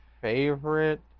favorite